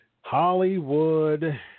Hollywood